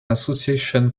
association